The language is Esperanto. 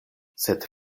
sed